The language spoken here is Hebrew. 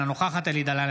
אינה נוכחת אלי דלל,